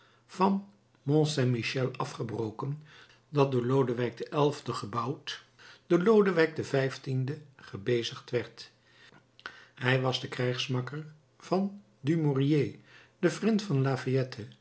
van mont saint michel afgebroken dat door lodewijk xi gebouwd door lodewijk xv gebezigd werd hij was de krijgsmakker van dumouriez de vriend van